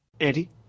Eddie